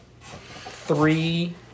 three